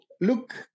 look